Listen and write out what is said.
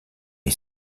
est